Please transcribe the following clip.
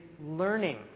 learning